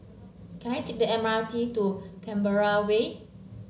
can I take the M R T to Canberra Way